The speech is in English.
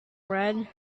red